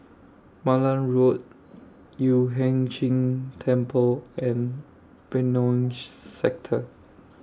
Malan Road Yueh Hai Ching Temple and Benoi Sector